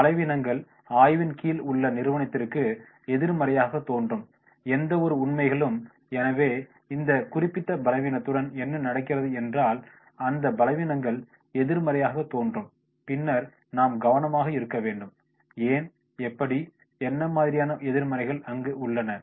பலவீனங்கள் ஆய்வின் கீழ் உள்ள நிறுவனத்திற்கு எதிர்மறையாகத் தோன்றும் எந்தவொரு உண்மைகளும் எனவே இந்த குறிப்பிட்ட பலவீனத்துடன் என்ன நடக்கிறது என்றால் அந்த பலவீனங்கள் எதிர்மறையாகத் தோன்றும் பின்னர் நாம் கவனமாக இருக்க வேண்டும் ஏன் எப்படி என்ன மாதிரியான எதிர்மறைகள் அங்கு உள்ளன